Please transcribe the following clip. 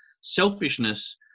selfishness